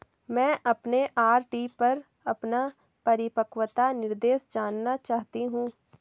मैं अपने आर.डी पर अपना परिपक्वता निर्देश जानना चाहती हूँ